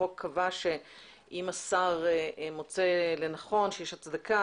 החוק קבע שאם השר מוצא לנכון שיש הצדקה,